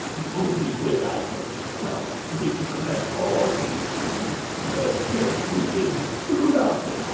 the only way i can be stopped is if you collect all eight pages that i have carefully hidden throughout the